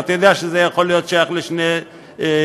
ואתה יודע שזה יכול להיות שייך לשני אזורים,